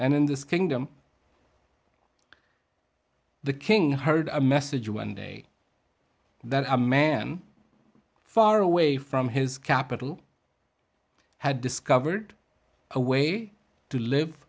and in this kingdom the king heard a message one day that a man far away from his capital had discovered a way to live